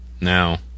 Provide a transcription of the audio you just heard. now